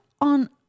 on